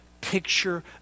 picture